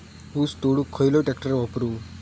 ऊस तोडुक खयलो ट्रॅक्टर वापरू?